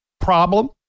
problem